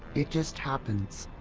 it just happens.